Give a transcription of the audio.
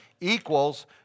equals